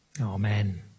Amen